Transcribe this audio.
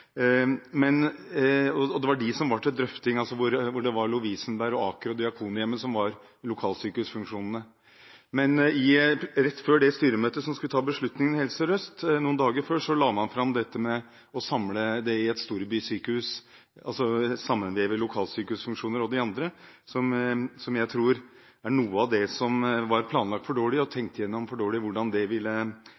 Men rett før det styremøtet som skulle ta beslutningene i Helse Sør-Øst, la man, helt seriøst noen dager før, fram dette med å samle det i et storbysykehus, altså veve sammen lokalsykehusfunksjoner og de andre. Jeg tror det var noe av det som var planlagt for dårlig og